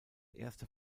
erste